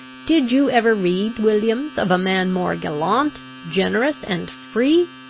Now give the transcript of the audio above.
did you ever read, williams, of a man more gallant, generous, and free?